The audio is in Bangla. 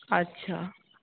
আচ্ছা